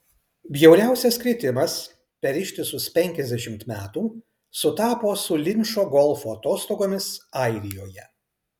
bjauriausias kritimas per ištisus penkiasdešimt metų sutapo su linčo golfo atostogomis airijoje